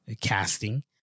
casting